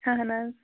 اَہَن حظ